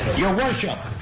your worship,